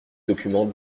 document